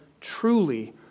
truly